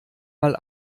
mal